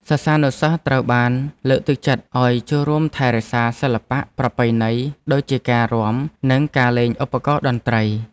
សិស្សានុសិស្សត្រូវបានលើកទឹកចិត្តឱ្យចូលរួមថែរក្សាសិល្បៈប្រពៃណីដូចជាការរាំនិងការលេងឧបករណ៍តន្ត្រី។